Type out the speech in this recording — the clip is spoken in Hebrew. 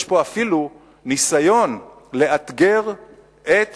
יש פה אפילו ניסיון לאתגר את